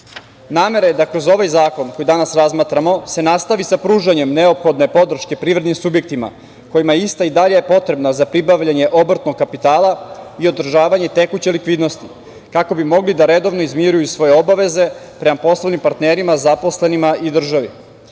je da kroz ovaj zakon koji danas razmatramo se nastavi sa pružanjem neophodne podrške privrednim subjektima kojima je ista i dalje potrebna za pribavljanje obrtnog kapitala i održavanje tekuće likvidnosti kako bi mogli da redovno izmiruju svoj obaveze prema poslovnim partnerima, zaposlenima i državi. Imajući